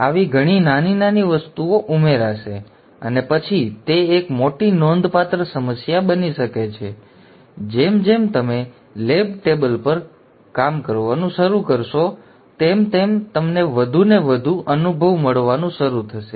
તેથી આવી ઘણી નાની નાની વસ્તુઓ ઉમેરાશે અને પછી તે એક મોટી નોંધપાત્ર સમસ્યા બની શકે છે અને જેમ જેમ તમે લેબ ટેબલ પર કરવાનું શરૂ કરશો તેમ તેમ તમને વધુને વધુ અનુભવ મળવાનું શરૂ થશે